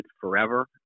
forever